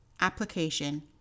Application